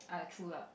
but true lah